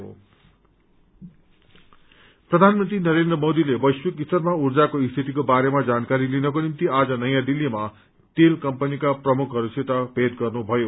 energy प्रधानमन्त्री नरेन्द्र मोदीले वैश्विक स्तरमा उर्जाको स्थितिको बारेमा जानकारी लिनको निम्ति आज नयाँ दिल्लीमा तेल कम्पनीका प्रमुखहरूसित भेट गर्नुभयो